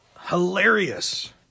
hilarious